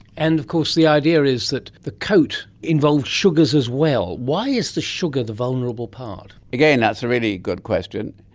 and of course the idea is that the coat involves sugars as well. why is the sugar the vulnerable part? again, that's a really good question.